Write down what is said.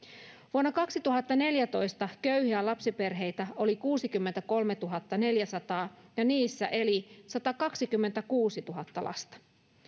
vuonna kaksituhattaneljätoista köyhiä lapsiperheitä oli kuusikymmentäkolmetuhattaneljäsataa ja niissä eli satakaksikymmentäkuusituhatta lasta